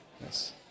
yes